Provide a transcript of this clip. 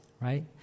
right